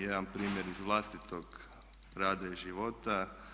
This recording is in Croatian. Jedan primjer iz vlastitog rada i života.